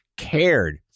cared